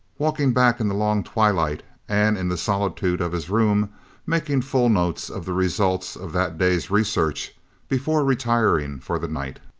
walking back in the long twilight, and in the solitude of his room making full notes of the results of that day's research before retiring for the night.